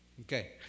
Okay